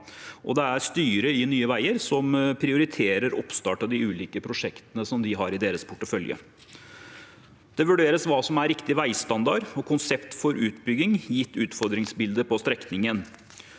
Det er styret i Nye veier som prioriterer oppstart av de ulike prosjektene de har i sin portefølje. Det vurderes hva som er riktig veistandard og konsept for utbygging, gitt utfordringsbildet på strekningen.